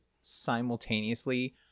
simultaneously